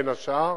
בין השאר,